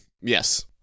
Yes